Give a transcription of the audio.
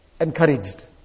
encouraged